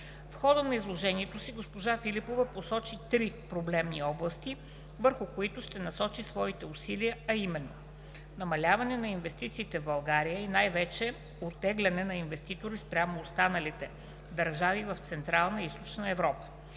В хода на изложението си госпожа Филипова посочи три проблемни области, върху които ще насочи своите усилия, а именно: - Намаляване на инвестициите в България и най-вече оттегляне на инвеститори спрямо останалите държави в Централна и Източна Европа.